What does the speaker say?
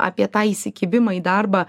apie tą įsikibimą į darbą